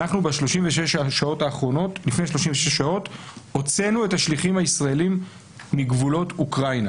לפני 36 שעות הוצאנו את השליחים הישראלים מגבולות אוקראינה,